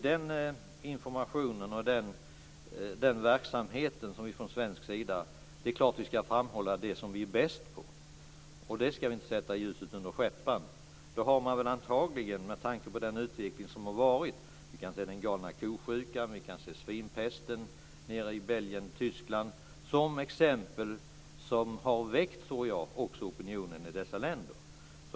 Det är klart att vi ska framhålla det som vi är bäst på. Vi ska inte sätta vårt ljus under skäppan. Det har man väl antagligen gjort med tanke på den utveckling som har varit. Vi kan se galna ko-sjukan, och vi kan se svinpesten nere i Belgien och Tyskland som exempel som jag tror har väckt opinionen i dessa länder.